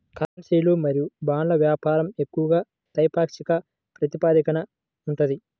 కరెన్సీలు మరియు బాండ్ల వ్యాపారం ఎక్కువగా ద్వైపాక్షిక ప్రాతిపదికన ఉంటది